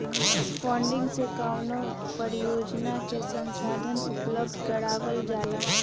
funding से कवनो परियोजना के संसाधन उपलब्ध करावल जाला